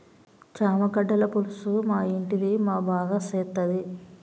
చామగడ్డల పులుసు మా ఇంటిది మా బాగా సేత్తది